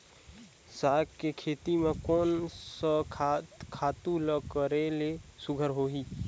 साग के खेती म कोन स खातु ल करेले सुघ्घर होही?